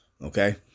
Okay